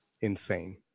insane